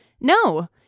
no